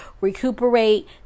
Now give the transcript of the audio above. recuperate